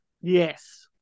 Yes